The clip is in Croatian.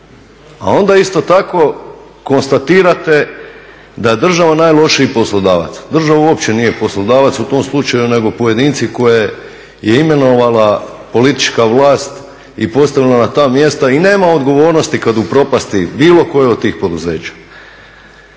a onda isto tako konstatirate da je država najlošiji poslodavac, država uopće nije poslodavac u tom slučaju nego pojedinci koje je imenovala politička vlast i postavila na ta mjesta, i nema odgovornosti kad upropasti bilo koje od tih poduzeća.